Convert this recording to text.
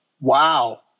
Wow